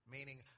Meaning